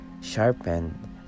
sharpened